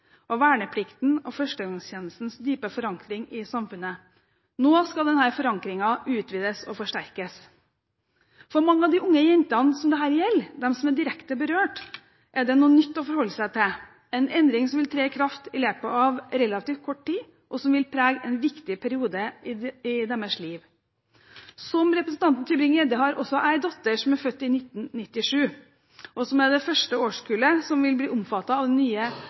og vernepliktens og førstegangstjenestens dype forankring i samfunnet. Nå skal denne forankringen utvides og forsterkes. For mange av de unge jentene dette gjelder, de som er direkte berørt, er det noe nytt å forholde seg til, en endring som vil tre i kraft i løpet av relativt kort tid, og som vil prege en viktig periode i deres liv. Som representanten Tybring-Gjedde har også jeg en datter som er født i 1997, og som er det første årskullet som vil bli omfattet av den nye